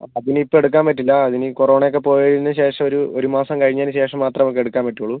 അപ്പോൾ അത് ഇനി ഇപ്പം എടുക്കാൻ പറ്റില്ല കൊറോണ ഒക്കെ പോയതിന് ശേഷം ഒരു ഒരു മാസം കഴിഞ്ഞതിന് ശേഷം മാത്രമെ നമുക്ക് എടുക്കാൻ പറ്റുള്ളൂ